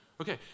Okay